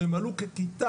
והם עלו ככיתה,